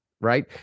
right